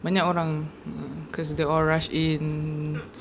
banyak orang because they all rush in